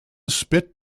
spit